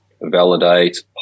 validate